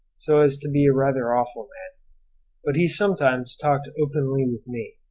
so as to be a rather awful man but he sometimes talked openly with me.